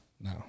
No